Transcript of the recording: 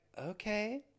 Okay